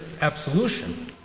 absolution